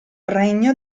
regno